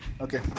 Okay